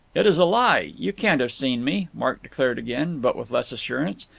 it is a lie. you can't have seen me, mark declared again, but with less assurance.